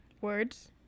Words